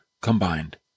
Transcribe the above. combined